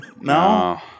No